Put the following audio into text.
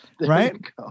Right